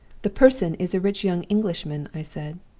the person is a rich young englishman i said.